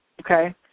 Okay